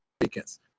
weekends